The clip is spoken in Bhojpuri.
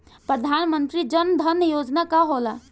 प्रधानमंत्री जन धन योजना का होला?